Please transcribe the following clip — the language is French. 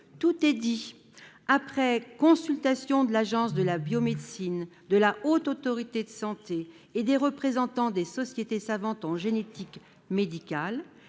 10 :«[...] Après consultation de l'Agence de la biomédecine, de la Haute Autorité de santé et des représentants des sociétés savantes en génétique médicale,